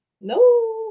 No